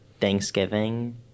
Thanksgiving